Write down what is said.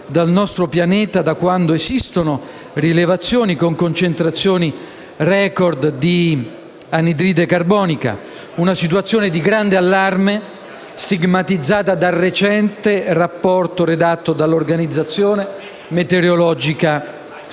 dal nostro pianeta, da quando esistono rilevazioni, con concentrazioni *record* di anidride carbonica; è una situazione di grande allarme, stigmatizzata dal recente rapporto redatto dall'organizzazione meteorologica mondiale.